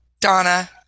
Donna